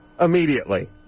immediately